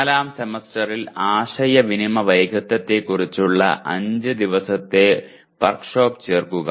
നാലാം സെമസ്റ്ററിൽ ആശയവിനിമയ വൈദഗ്ധ്യത്തെക്കുറിച്ചുള്ള 5 ദിവസത്തെ വർക്ക്ഷോപ്പ് ചേർക്കുക